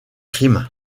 crimes